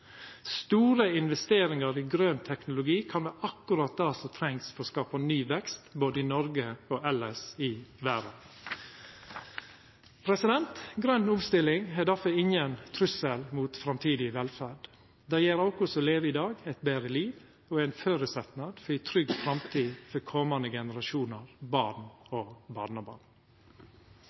Store investeringar i grøn teknologi kan vera akkurat det som trengst for å skapa ny vekst, både i Noreg og elles i verda. Grøn omstilling er difor ingen trugsel mot framtidig velferd. Det gjev oss som lever i dag, eit betre liv og er ein føresetnad for ei trygg framtid for komande generasjonar av barn og barnebarn.